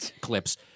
clips